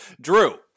Drew